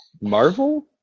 Marvel